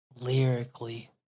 Lyrically